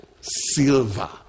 Silver